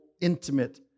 intimate